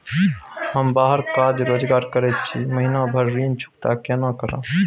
हम बाहर काज रोजगार करैत छी, महीना भर ऋण चुकता केना करब?